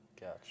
Gotcha